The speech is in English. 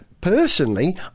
Personally